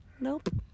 Nope